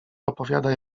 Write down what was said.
opowiada